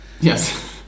Yes